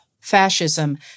fascism